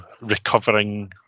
recovering